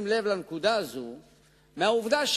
הרבה סייגים,